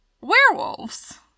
werewolves